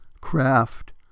craft